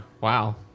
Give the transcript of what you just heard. Wow